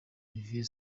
olivier